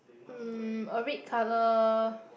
mm a red colour